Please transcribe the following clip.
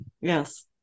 Yes